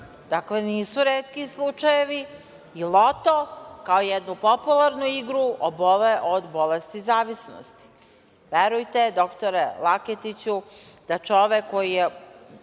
dakle, nisu retki slučajevi, i „Loto“ kao jednu popularnu igru, obole od bolesti zavisnosti. Verujte, doktore Laketiću da čovek koji ima